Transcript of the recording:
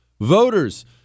Voters